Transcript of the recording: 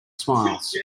smiles